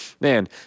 man